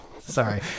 sorry